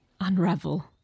Unravel